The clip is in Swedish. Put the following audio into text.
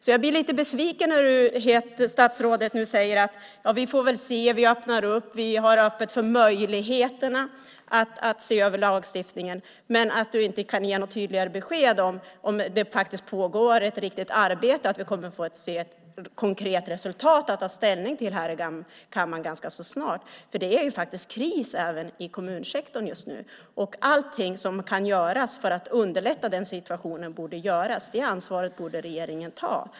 Jag blir lite besviken när statsrådet nu säger att vi får se och att man öppnar för möjligheten att se över lagstiftningen men att han inte kan ge något tydligare besked om det pågår ett riktigt arbete som innebär att vi kommer att få ett konkret resultat att ta ställning till här i kammaren ganska snart. Det är kris även i kommunsektorn just nu. Allting som kan göras för att underlätta den situationen borde göras. Det ansvaret borde regeringen ta.